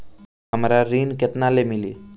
हमरा ऋण केतना ले मिली?